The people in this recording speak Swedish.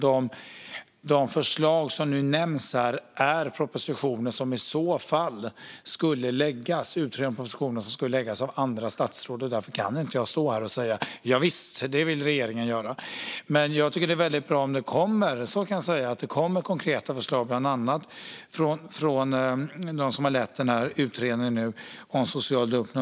De förslag som nämnts här är propositioner och utredningar som i så fall skulle läggas av andra statsråd, och därför kan inte jag stå här och säga att det är saker regeringen vill göra. Det är dock väldigt bra om det kommer konkreta förslag, bland annat från dem som lett utredningen om social dumpning.